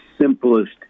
simplest